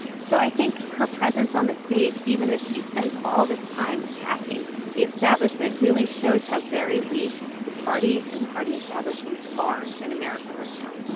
so i think her presence on the stage even as she spends all this time attacking the establishment really shows how very weak parties and party establishments are in america right now